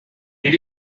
did